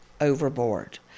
overboard